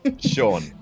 Sean